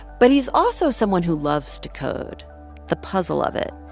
but he's also someone who loves to code the puzzle of it,